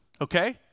okay